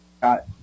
got